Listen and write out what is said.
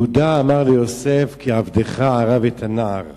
יהודה אמר ליוסף: "כי עבדך ערב את הנער